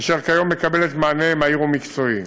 אשר כיום מקבלת מענה מהיר ומקצועי.